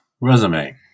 resume